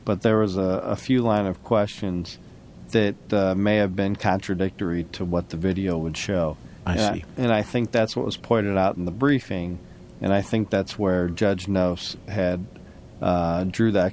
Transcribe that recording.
but there was a few line of questions that may have been contradictory to what the video would show and i think that's what was pointed out in the briefing and i think that's where judge now had drew that